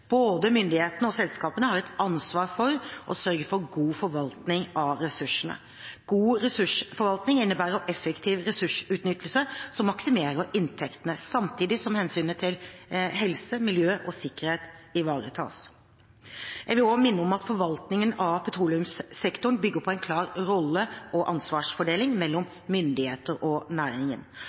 Både myndighetene og selskapene har et ansvar for å sørge for god forvaltning av ressursene. God ressursforvaltning innebærer effektiv ressursutnyttelse som maksimerer inntektene, samtidig som hensynet til helse, miljø og sikkerhet ivaretas. Jeg vil også minne om at forvaltningen av petroleumssektoren bygger på en klar rolle- og ansvarsfordeling mellom myndighetene og næringen.